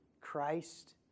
Christ